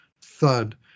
thud